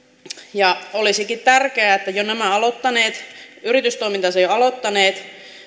olisikin tärkeää että nämä yritystoimintansa jo aloittaneet